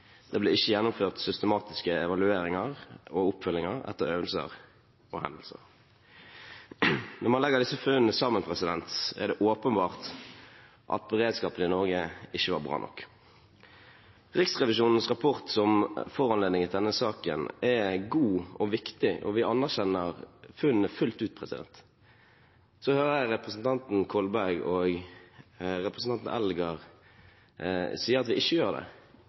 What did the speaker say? Det ble ikke gjennomført systematiske evalueringer og oppfølginger etter øvelser og hendelser. Når man legger disse funnene sammen, er det åpenbart at beredskapen i Norge ikke var bra nok. Riksrevisjonens rapport, som foranlediget denne saken, er god og viktig, og vi anerkjenner funnene fullt ut. Så hører jeg representanten Kolberg og representanten Eldegard sier at vi ikke gjør det,